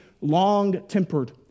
long-tempered